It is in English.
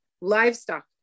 Livestock